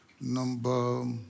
number